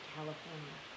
California